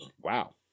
wow